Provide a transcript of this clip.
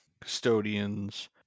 Custodians